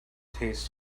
taste